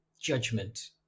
judgment